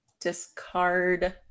discard